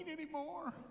anymore